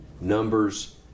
numbers